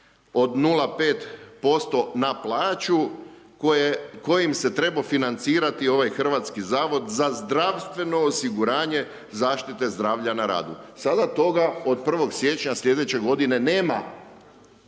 od 0,5% na plaću kojim se trebao financirati ovaj Hrvatski zavod za zdravstveno osiguranje zaštite zdravlja na radu. Sada toga od 1. siječnja sljedeće godine nema,